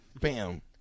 Bam